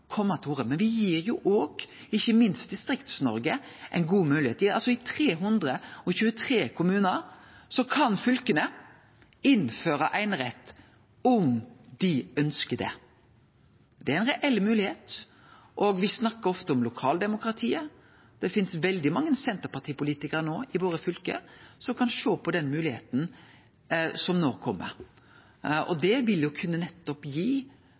og me gir ikkje minst Distrikts-Noreg ei god moglegheit. I 323 kommunar kan fylka innføre einerett om dei ønskjer det. Det er ei reell moglegheit. Me snakkar ofte om lokaldemokratiet. Det finst veldig mange Senterparti-politikarar i fylka våre som kan sjå på den moglegheita som no kjem. Det vil kunne gi